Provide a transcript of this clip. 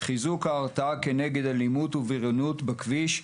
חיזוק ההרתעה כנגד אלימות ובריונות בכביש,